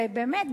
ובאמת,